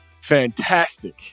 fantastic